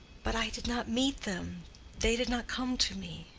but i did not meet them they did not come to me.